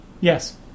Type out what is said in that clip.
yes